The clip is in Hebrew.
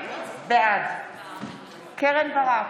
בעד קרן ברק,